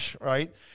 Right